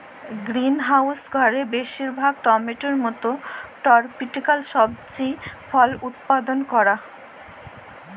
greenhouse ঘরে বেশিরভাগ টমেটোর মত টরপিক্যাল সবজি ফল উৎপাদল ক্যরা